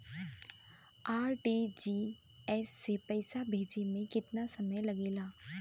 RTGS से पैसा भेजे में केतना समय लगे ला?